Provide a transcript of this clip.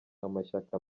amashyaka